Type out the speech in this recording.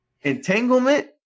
Entanglement